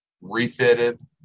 refitted